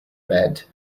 bed